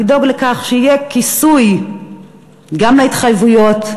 לדאוג לכך שיהיה כיסוי גם להתחייבויות,